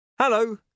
Hello